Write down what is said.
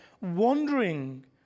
wandering